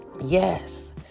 Yes